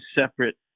separate